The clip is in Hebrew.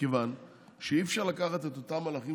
מכיוון שאי-אפשר לקחת את אותם מהלכים